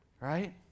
Right